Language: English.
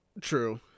true